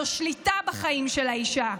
זו שליטה בחיים של האישה.